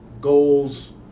goals